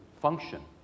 function